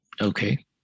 Okay